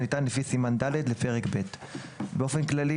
שניתן לפי סימן ד' לפרק ב'; באופן כללי,